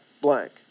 blank